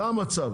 זה המצב.